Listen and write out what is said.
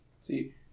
see